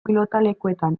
pilotalekuetan